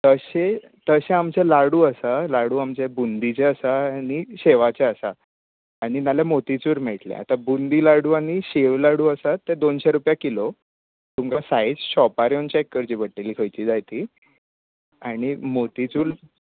हरशी तशे आमचे लाडू आसा लाडू आमचे बुंदीचे आसा आनी शेवाचे आसा आनी ना जाल्यार मोतीचूर मेळटले बुंदी लाडू आनी शेव लाडू आसा ते दोनशें रुपया किलो तुमकां सायज शोपार येवन चेक करचे पडटले खंयचे जाय ती आनी मोतीचूर